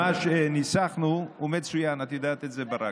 מה שניסחנו הוא מצוין, את יודעת את זה, ברק.